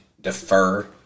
defer